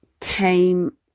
came